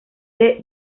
del